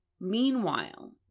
Meanwhile